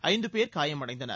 ஐந்து பேர் காயமடைந்தனர்